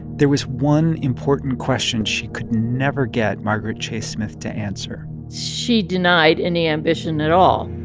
there was one important question she could never get margaret chase smith to answer she denied any ambition at all.